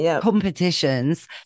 competitions